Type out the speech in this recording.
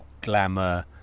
glamour